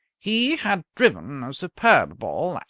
he had driven a superb ball,